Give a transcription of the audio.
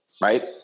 right